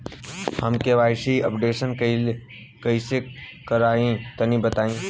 हम KYC updation कइसे करवाई तनि बताई?